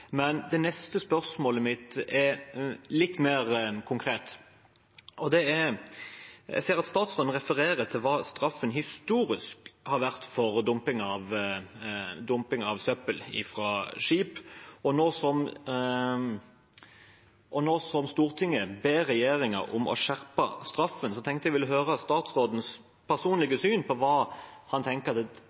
Det neste spørsmålet mitt er litt mer konkret. Jeg ser at statsråden refererer til hva straffen historisk har vært for dumping av søppel fra skip. Nå som Stortinget ber regjeringen om å skjerpe straffen, tenkte jeg at jeg ville høre statsrådens personlige syn på hva han tenker er riktig straffenivå, hvor mye det